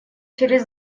через